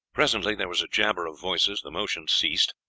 presently there was a jabber of voices the motion ceased.